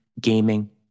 gaming